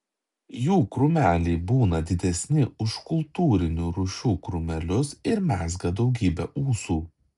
jų krūmeliai būna didesni už kultūrinių rūšių krūmelius ir mezga daugybę ūsų